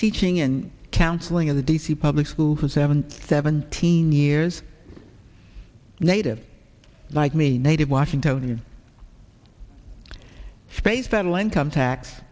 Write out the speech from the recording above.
teaching and counseling at the d c public school has seven seventeen years native like me native washingtonian space federal income tax